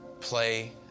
play